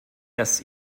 dass